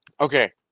Okay